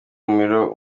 umuriro